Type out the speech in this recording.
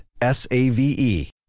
S-A-V-E